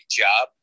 job